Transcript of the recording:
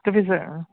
تو پھر سر